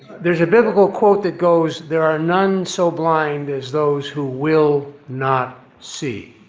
there's a biblical quote that goes, there are none so blind as those who will not see.